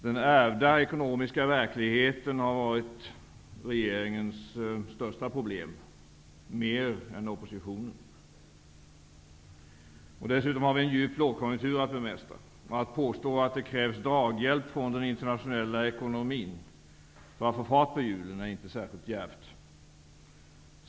Den ärvda ekonomiska verkligheten har varit regeringens största problem mer än oppositionen. Dessutom har vi en djup lågkonjunktur att bemästra. Att påstå att det krävs draghjälp från den internationella ekonomin för att få fart på hjulen är inte särskilt djärvt.